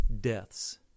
deaths